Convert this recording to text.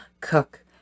cook